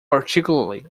particularly